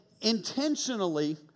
intentionally